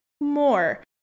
more